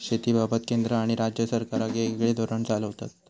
शेतीबाबत केंद्र आणि राज्य सरकारा येगयेगळे धोरण चालवतत